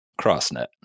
CrossNet